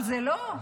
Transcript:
אבל זה לא,